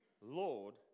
Lord